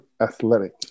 athletic